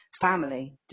family